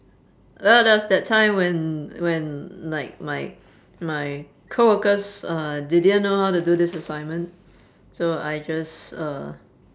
oh there was that time when when like my my coworkers uh they didn't know how to do this assignment so I just uh